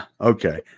Okay